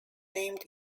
named